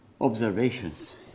observations